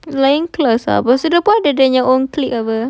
lain kelas apa sudah pun dia ada own clique apa